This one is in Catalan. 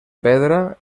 pedra